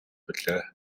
билээ